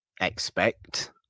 expect